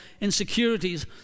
insecurities